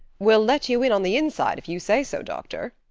we'll let you in on the inside if you say so, doctor,